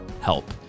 help